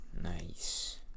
Nice